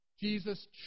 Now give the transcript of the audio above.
Jesus